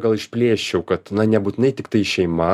gal išplėsčiau kad na nebūtinai tiktai šeima